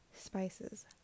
Spices